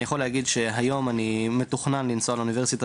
אני יכול להגיד שהיום אני מתוכנן לנסוע לאוניברסיטת